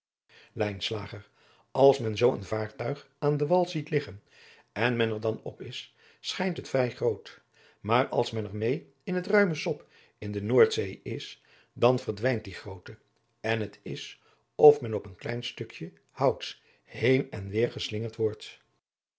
als men zoo een vaartuig aan den wal ziet liggen en men er dan op is schijnt het vrij groot maar als men er meê in het ruime sop in de noordzee is dan verdwijnt die grootte en het is adriaan loosjes pzn het leven van maurits lijnslager of men op een klein stukje houts heen en weêr geslingerd wordt